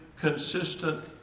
consistent